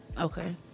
Okay